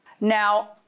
Now